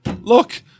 Look